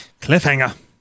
Cliffhanger